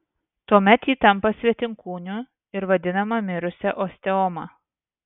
tuomet ji tampa svetimkūniu ir vadinama mirusia osteoma